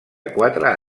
quatre